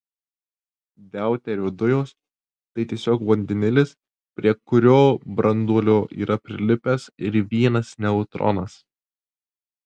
deuterio dujos tai tiesiog vandenilis prie kurio branduolio yra prilipęs ir vienas neutronas